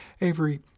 Avery